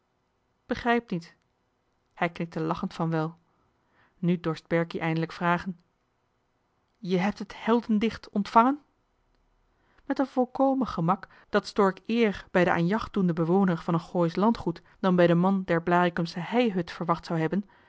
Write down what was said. begrijp niet hij knikte lachend van wel nu dorst berkie eindelijk vragen je hebt het heldendicht ontvangen met een volkomen gemak dat stork eer bij den aan jacht doenden bewoner van een gooisch landgoed dan bij den man der blaricumsche heihut verwacht zou hebben